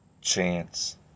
chance